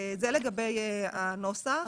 זה לגבי הנוסח.